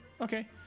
Okay